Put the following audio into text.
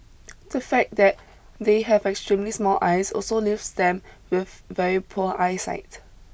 the fact that they have extremely small eyes also leaves them with very poor eyesight